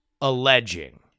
alleging